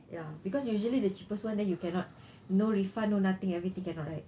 ya because usually the cheapest one then you cannot no refund no nothing everything cannot right